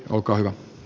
kiitos